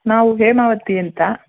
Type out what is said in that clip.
ನಾವು ಹೇಮಾವತಿ ಅಂತ